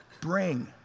bring